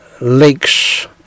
Lakes